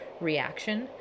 reaction